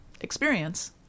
experience